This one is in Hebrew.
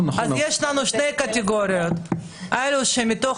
יש לנו שתי קטגוריות: אלו שעושים זאת מתוך